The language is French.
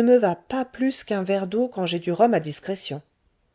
me va pas plus qu'un verre d'eau quand j'ai du rhum à discrétion